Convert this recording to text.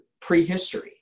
prehistory